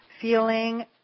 feeling